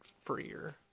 freer